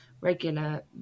regular